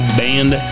band